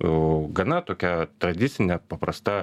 o gana tokia tradicinė paprasta